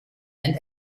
and